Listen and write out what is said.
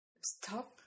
stop